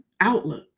Outlook